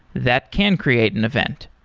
that can create an event.